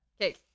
Okay